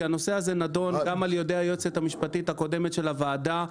כי הנושא הזה נדון גם על ידי היועצת המשפטית הקודמת של הוועדה.